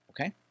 okay